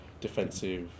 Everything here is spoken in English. defensive